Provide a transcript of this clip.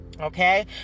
Okay